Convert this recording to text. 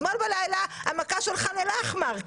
אתמול בלילה המכה של חאן אל-אחמר.